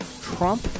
Trump